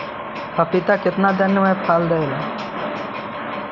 पपीता कितना दिन मे फल दे हय?